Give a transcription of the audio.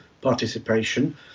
participation